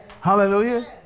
Hallelujah